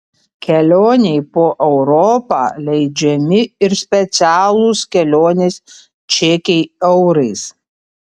kelionei po europą leidžiami ir specialūs kelionės čekiai eurais